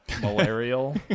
malarial